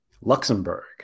Luxembourg